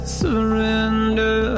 surrender